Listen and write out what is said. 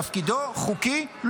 תפקידו חוקי?